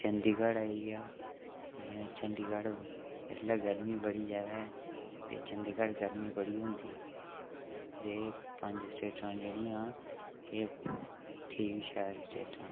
चंडीगढ़ आई गेआ इयां चंडीगढ़ इसलै गर्मी बड़ी ज्यादा ऐ ते चंडीगढ़ गर्मी बड़ी होंदी एह् पंज स्टेटां जेह्ड़ियां एह् ठीक शैल स्टेटां न